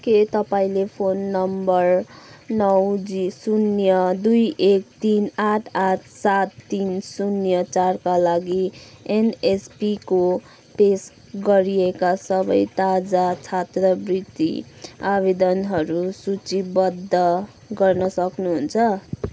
के तपाईँँले phone number नौ जी शून्य दुई एक तिन आठ आठ सात तिन शून्य चारका लागि एनएसपीको पेस गरिएका सबै ताजा छात्रवृत्ति आवेदनहरू सूचीबद्ध गर्न सक्नुहुन्छ